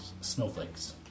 snowflakes